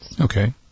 Okay